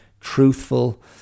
truthful